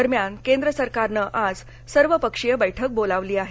दरम्यान केंद्र सरकारन आज एक सर्व पक्षीय बैठक बोलावली आहे